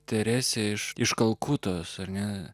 teresės iš kalkutos ar ne